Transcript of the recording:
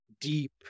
deep